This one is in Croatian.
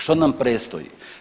Što nam predstoji?